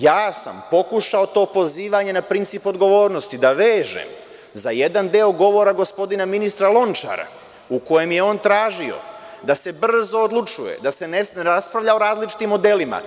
Ja sam pokušao to pozivanje na princip odgovornosti da vežem za jedan deo govora gospodina ministra Lončara, u kojem je on tražio da se brzo odlučuje, da se ne raspravlja o različitim modelima.